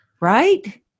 right